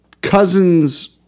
cousin's